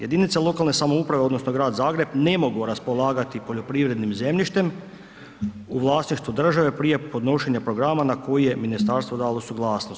Jedinice lokalne samouprave odnosno grad Zagreb ne mogu raspolagati poljoprivrednim zemljištem u vlasništvu države prije podnošenja programa na koji je ministarstvo dalo suglasnost.